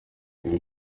ibi